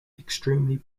extremely